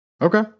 Okay